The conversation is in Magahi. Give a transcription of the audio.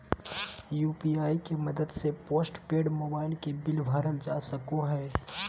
यू.पी.आई के मदद से पोस्टपेड मोबाइल के बिल भरल जा सको हय